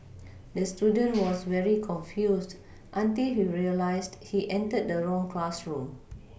the student was very confused until he realised he entered the wrong classroom